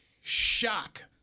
shock